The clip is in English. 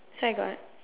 so I got